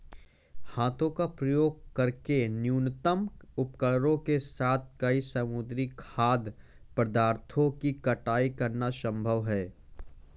हाथों का उपयोग करके न्यूनतम उपकरणों के साथ कई समुद्री खाद्य पदार्थों की कटाई करना संभव है